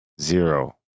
Zero